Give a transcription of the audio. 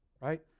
Right